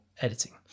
editing